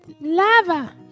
lava